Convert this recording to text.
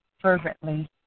fervently